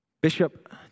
Bishop